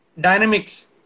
dynamics